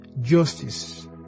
justice